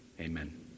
Amen